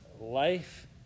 life